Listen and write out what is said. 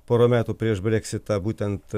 pora metų prieš breksitą būtent